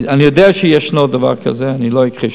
אני יודע שיש דבר כזה, אני לא אכחיש,